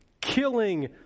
killing